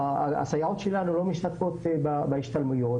הסייעות שלנו לא משתתפות בהשתלמויות,